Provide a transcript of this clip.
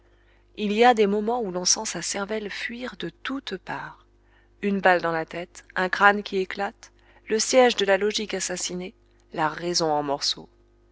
il y a des moments où l'on sent sa cervelle fuir de toutes parts une balle dans la tête un crâne qui éclate le siège de la logique assassiné la raison en morceaux